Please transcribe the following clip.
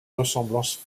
ressemblance